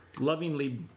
lovingly